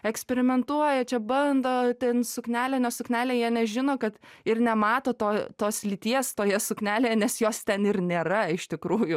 eksperimentuoja čia bando ten suknelė ne suknelė jie nežino kad ir nemato to tos lyties toje suknelėje nes jos ten ir nėra iš tikrųjų